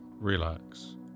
Relax